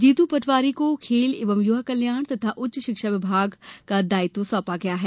जीतू पटवारी को खेल एवं युवा कल्याण तथा उच्च शिक्षा विभाग को दायित्व सौंपा गया है